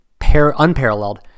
unparalleled